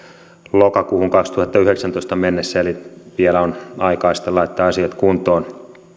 lokakuuhun kaksituhattayhdeksäntoista mennessä eli vielä on aikaa sitten laittaa asiat kuntoon